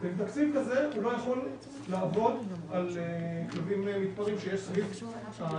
ועם תקציב כזה הוא לא יכול לעבוד על כלבים מתפרעים שיש סביב הישוב.